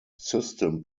system